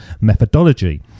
methodology